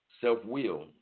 self-will